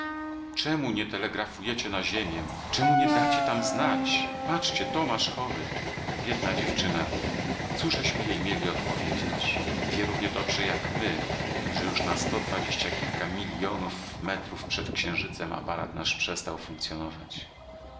czemu nie telegrafujecie na ziemię czemu nie dacie tam znać patrzcie tomasz chory biedna dziewczyna cóżeśmy jej mieli odpowiedzieć wie równie dobrze jak my że już na sto dwadzieścia kilka miljonów metrów przed księżycem aparat nasz przestał funkcjonować